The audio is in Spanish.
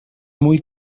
muy